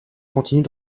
continue